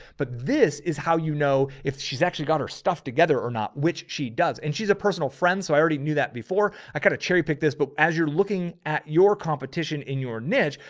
but this is how, you know, she's actually got her stuff together or not, which she does. and she's a personal friend. so i already knew that before i kind of cherry pick this book, as you're looking at your competition in your niche,